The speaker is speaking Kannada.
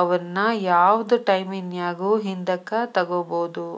ಅವುನ್ನ ಯಾವ್ದ್ ಟೈಮಿನ್ಯಾಗು ಹಿಂದಕ ತೊಗೋಬೋದು